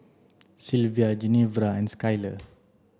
Silvia Genevra and Skyler